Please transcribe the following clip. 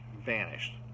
vanished